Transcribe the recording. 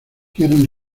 quieren